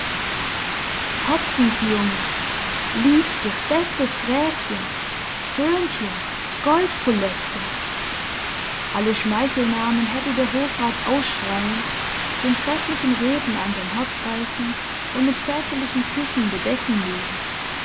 herzensjunge liebstes bestes gräfchen söhnchen goldpoläckchen alle schmeichelnamen hätte der hofrat ausschreien den trefflichen redner an sein herz reißen und mit väterlichen küssen bedecken mögen